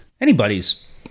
anybody's